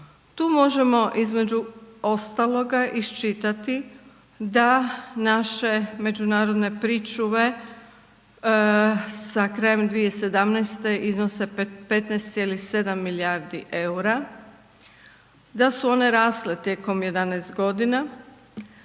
Tu možemo između ostaloga iščitati da naše međunarodne pričuve sa krajem 2017. iznose 15,7 milijardi eura, da su one rasle tijekom 11 godina,